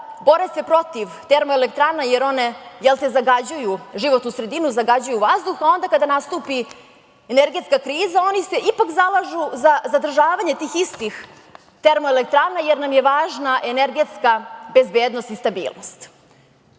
bore se protiv termoelektrana, jer one, jel te, zagađuju životnu sredinu, zagađuju vazduh, a onda kada nastupi energetska kriza, oni se ipak zalažu za održavanje tih istih termoelektrana, jer nam je važna energetska bezbednost i stabilnost.